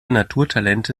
naturtalente